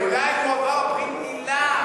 יואל, אולי הוא עבר ברית מילה.